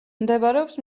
მდებარეობს